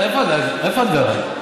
איפה את גרה?